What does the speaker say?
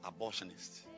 abortionist